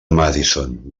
madison